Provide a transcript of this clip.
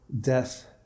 death